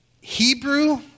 Hebrew